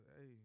hey